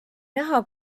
näha